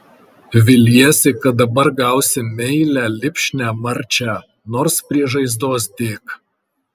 viliesi kad dabar gausi meilią lipšnią marčią nors prie žaizdos dėk